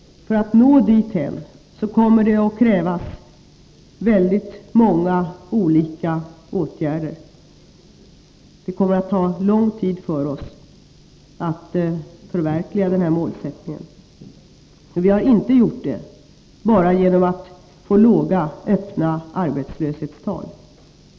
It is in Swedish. För att nå dithän, kommer det att krävas väldigt många olika åtgärder. Det kommer att ta lång tid för oss att förverkliga den målsättningen, men vi har inte gjort det bara genom att få låga öppna arbetslöshetstal.